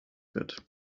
wird